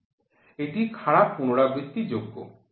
এটি খারাপ পুনরাবৃত্তি যোগ্য